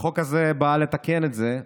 החוק הזה בא לתקן את זה.